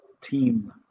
team